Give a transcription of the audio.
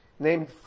Named